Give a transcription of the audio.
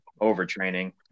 overtraining